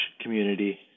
community